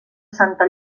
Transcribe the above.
santa